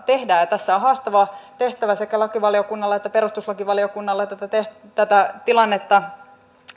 tehdään ja tässä on haastava tehtävä sekä lakivaliokunnalla että perustuslakivaliokunnalla tätä tilannetta